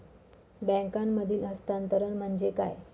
बँकांमधील हस्तांतरण म्हणजे काय?